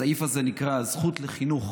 הסעיף הזה נקרא "הזכות לחינוך"